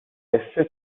esse